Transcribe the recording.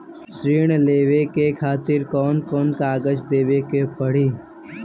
ऋण लेवे के खातिर कौन कोन कागज देवे के पढ़ही?